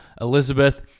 Elizabeth